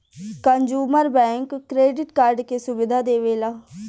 consumer bank credit card के सुविधा देवेला